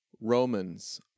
Romans